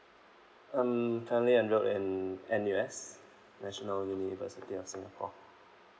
um currently I enrolled in N_U_S national university of singapore